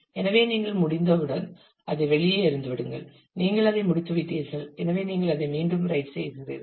எனவே நீங்கள் முடிந்தவுடன் அதை வெளியே எறிந்து விடுங்கள் நீங்கள் அதை முடித்துவிட்டீர்கள் எனவே நீங்கள் அதை மீண்டும் ரைட் செய்கிறீர்கள்